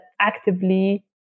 actively